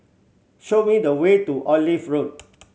show me the way to Olive Road